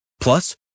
Plus